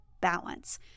balance